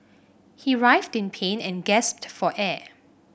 he writhed in pain and gasped for air